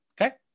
Okay